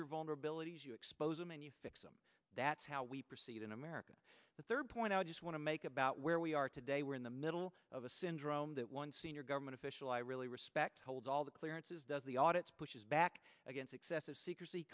your vulnerabilities you expose them and you fix them that's how we proceed in america the third point i just want to make about where we are today we're in the middle of a syndrome that one senior government official i really respect holds all the clearances does the audit's pushes back against excessive secrecy